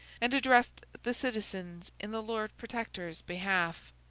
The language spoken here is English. and addressed the citizens in the lord protector's behalf.